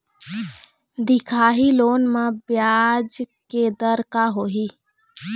दिखाही लोन म ब्याज के दर का होही?